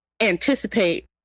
anticipate